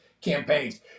campaigns